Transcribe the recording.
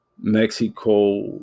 mexico